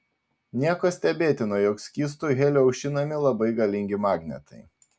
nieko stebėtino jog skystu heliu aušinami labai galingi magnetai